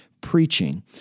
preaching